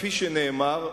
כפי שנאמר,